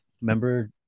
Remember